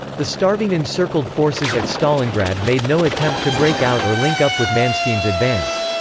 the starving encircled forces at stalingrad made no attempt to break out or link up with manstein's advance.